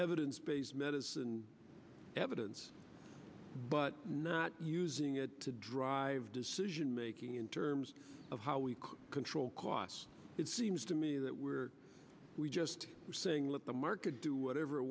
evidence based medicine evidence but not using it to drive decision making in terms of how we can control costs it seems to me that we just saying let the market do whatever it